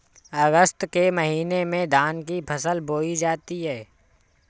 अगस्त के महीने में धान की फसल बोई जाती हैं